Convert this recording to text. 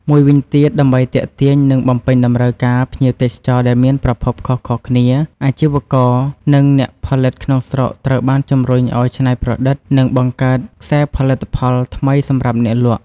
មួយវិញទៀត ដើម្បីទាក់ទាញ និងបំពេញតម្រូវការភ្ញៀវទេសចរដែលមានប្រភពខុសៗគ្នា អាជីវករ និងអ្នកផលិតក្នុងស្រុកត្រូវបានជំរុញឱ្យច្នៃប្រឌិត និងបង្កើតខ្សែផលិតផលថ្មីសម្រាប់អ្នកលក់។